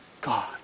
God